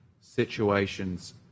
situations